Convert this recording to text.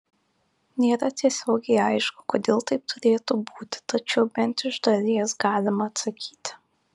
nėra tiesiogiai aišku kodėl taip turėtų būti tačiau bent iš dalies galima atsakyti